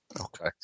Okay